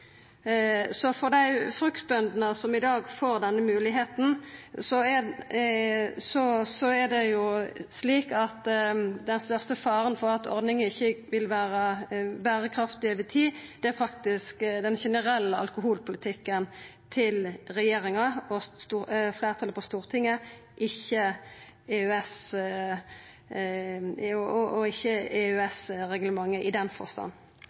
Så for dei fruktbøndene som i dag får denne moglegheita, er den største faren for at ordninga ikkje vil vera berekraftig over tid, faktisk den generelle alkoholpolitikken til regjeringa og fleirtalet på Stortinget – ikkje EØS-reglementet i den forstand.